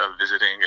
visiting